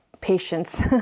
patience